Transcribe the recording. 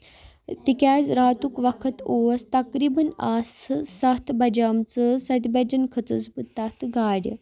تِکیازِ راتُک وقت اوس تقریٖباً آسہٕ سَتھ بَجیمژٕ سَتھِ بَجہِ کھٔژس بہٕ تَتھ گاڈِ